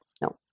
No